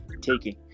taking